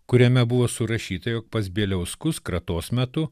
kuriame buvo surašyta jog pas bieliauskus kratos metu